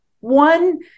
one